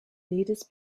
leaders